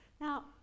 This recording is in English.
Now